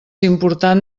important